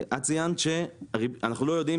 את ציינת שאנחנו לא יודעים,